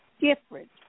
different